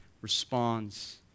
responds